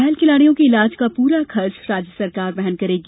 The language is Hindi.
घायल खिलाड़ियों के इलाज का पूरा खर्चा राज्य सरकार वहन करेगी